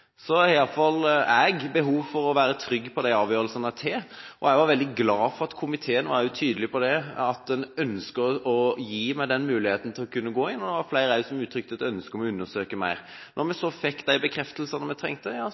jeg behov for å være trygg på de avgjørelsene jeg tar. Jeg var veldig glad for at komiteen også var tydelig på at den ønsket å gi meg muligheten til å kunne gå inn og undersøke mer. Det var flere som uttrykte ønske om det. Da vi så fikk de bekreftelsene vi trengte,